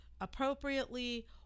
appropriately